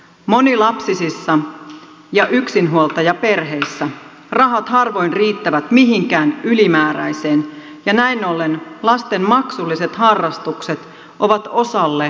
monilapsisissa ja yksinhuoltajaperheissä rahat harvoin riittävät mihinkään ylimääräiseen ja näin ollen lasten maksulliset harrastukset ovat osalle vain haave